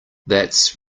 that’s